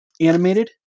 animated